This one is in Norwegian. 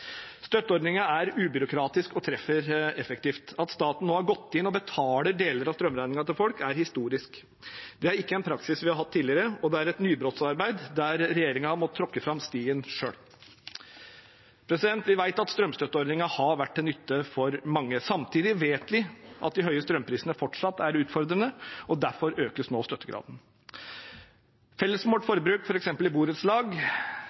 er ubyråkratisk og treffer effektivt. At staten nå går inn og betaler deler av strømregningen til folk, er historisk. Det er ikke en praksis vi har hatt tidligere, og det er et nybrottsarbeid der regjeringen har måttet tråkke fram stien selv. Vi vet at strømstøtteordningen har vært til nytte for mange. Samtidig vet vi at de høye strømprisene fortsatt er utfordrende, og derfor økes nå støttegraden. Felles målt forbruk, f.eks. i borettslag